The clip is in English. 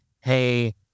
hey